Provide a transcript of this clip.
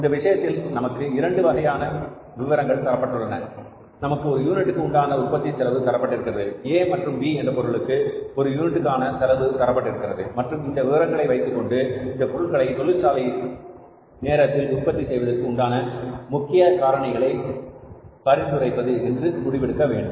இந்த விஷயத்தில் நமக்கு இரண்டு வகையான விவரங்கள் தரப்பட்டுள்ளன நமக்கு ஒரு யூனிட்டுக்கு உண்டான உற்பத்தி செலவு தரப்பட்டிருக்கிறது A மற்றும் B என்ற பொருளுக்கு ஒரு யூனிட்டுக்கான செலவுதரப்பட்டிருக்கிறது மற்றும் இந்த விவரங்களை வைத்துக்கொண்டு இந்த பொருட்களை தொழிற்சாலை நேரத்தில் உற்பத்தி செய்வதற்கு உண்டான முக்கிய காரணிகளை பரிந்துரைப்பது என்று முடிவெடுக்க வேண்டும்